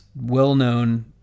well-known